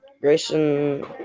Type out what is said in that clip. Grayson